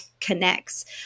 connects